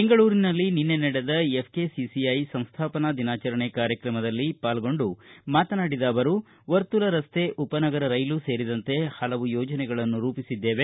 ಬೆಂಗಳೂರಿನಲ್ಲಿ ನಿನ್ನೆ ನಡೆದ ಎಫ್ಕೆಸಿಸಿಐ ಸಂಸ್ಥಾಪನಾ ದಿನಾಚರಣೆ ಕಾರ್ಯತ್ರಮದಲ್ಲಿ ಪಾಲ್ಗೊಂಡು ಮಾತನಾಡಿದ ಅವರು ವರ್ತುಲ ರಸ್ತೆ ಉಪನಗರ ರೈಲು ಸೇರಿದಂತೆ ಹಲವು ಯೋಜನೆಗಳನ್ನು ರೂಪಿಸಿದ್ದೇವೆ